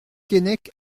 keinec